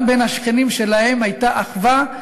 גם בין השכנים שלהם הייתה אחווה.